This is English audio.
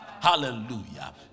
hallelujah